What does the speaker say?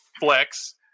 flex